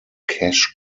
cash